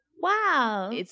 Wow